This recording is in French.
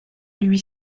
lui